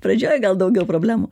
pradžioj gal daugiau problemų